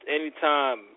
anytime